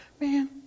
Man